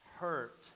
hurt